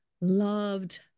Loved